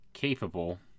capable